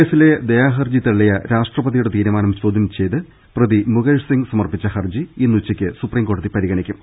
നിർഭയ കേസിലെ ദയാഹർജി തള്ളിയ രാഷ്ട്രപതിയുടെ തീരുമാനം ചോദൃം ചെയ്ത് പ്രതി മുകേഷ് സിങ് സമർപ്പിച്ച ഹർജി ഇന്ന് ഉച്ചയ്ക്ക് സുപ്രീം കോടതി പരിഗണിക്കും